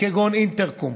כגון אינטרקום,